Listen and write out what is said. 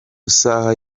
isaha